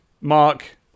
mark